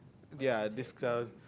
there are discount